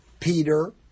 Peter